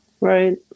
Right